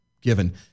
given